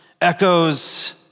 echoes